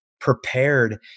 prepared